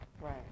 Right